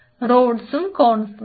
റോഡ്സും കോൺസും